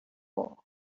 fall